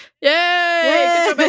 Yay